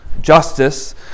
justice